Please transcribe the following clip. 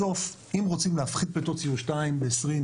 בסוף אם רוצים להפחית פליטות CO2 ב-20%,